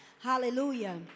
Hallelujah